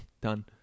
done